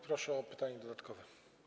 Proszę o pytanie dodatkowe.